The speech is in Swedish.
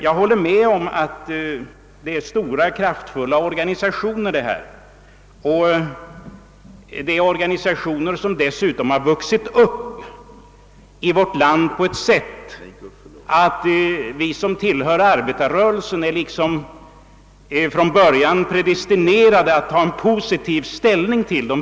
Jag håller med om att det på detta område finns stora och kraftfulla organisationer, som dessutom vuxit upp i vårt land på ett sätt, som gör att vi som tillhör arbetarrörelsen liksom från början varit predestinerade att ha en positiv inställning till dem.